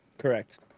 correct